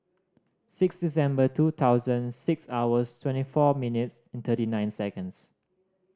six December two thousand six hours twenty four minutes thirty nine seconds